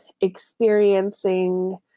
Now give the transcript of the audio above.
experiencing